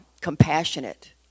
compassionate